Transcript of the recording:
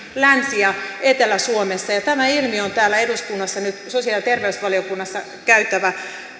länsi ja etelä suomessa tämä ilmiö on täällä eduskunnassa nyt sosiaali ja terveysvaliokunnassa käytävä